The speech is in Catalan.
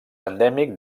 endèmic